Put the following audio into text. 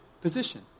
position